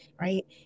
Right